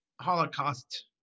holocaust